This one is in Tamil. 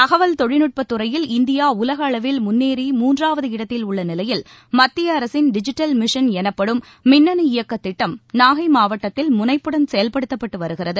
தகவல் தொழில்நுட்பத் துறையில் இந்தியா உலக அளவில் முன்னேறி மூன்றாவது இடத்தில் உள்ள நிலையில் மத்திய அரசின் டிஜிட்டல் மிஷன் எனப்படும் மின்னனு இயக்க திட்டம் நாகை மாவட்டத்தில் முனைப்புடன் செயல்படுத்தப்பட்டு வருகிறது